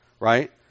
right